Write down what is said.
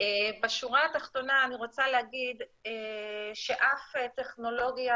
בשורה התחתונה אני רוצה להגיד שאף טכנולוגיה